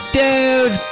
dude